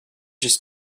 just